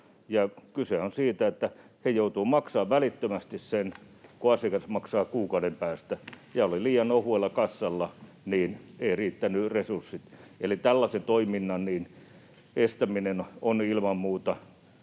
kyse on siitä, että he joutuvat maksamaan sen välittömästi, kun taas asiakas maksaa kuukauden päästä, ja kun oli liian ohuella kassalla, niin eivät riittäneet resurssit. Tällaisen toiminnan estäminen on ilman muuta